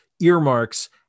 earmarks